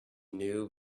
knew